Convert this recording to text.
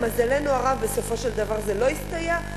למזלנו הרב בסופו של דבר זה לא הסתייע.